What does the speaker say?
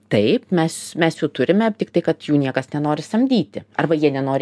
taip mes mes jų turime tiktai kad jų niekas nenori samdyti arba jie nenori